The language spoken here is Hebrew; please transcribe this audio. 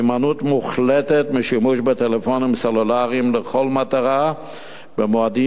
הימנעות מוחלטת משימוש בטלפונים סלולריים לכל מטרה במועדים